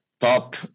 top